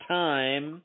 time